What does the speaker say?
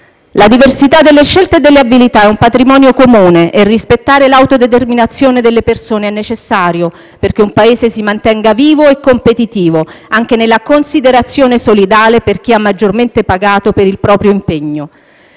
La diversità delle scelte e delle abilità è un patrimonio comune e rispettare l'autodeterminazione delle persone è necessario perché un Paese si mantenga vivo e competitivo, anche nella considerazione solidale per chi ha maggiormente pagato per il proprio impegno.